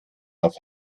auf